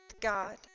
God